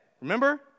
Remember